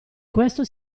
questo